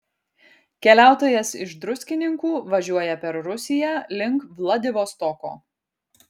keliautojas iš druskininkų važiuoja per rusiją link vladivostoko